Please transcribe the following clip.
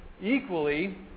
equally